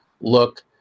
look